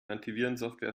antivirensoftware